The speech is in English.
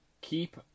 keep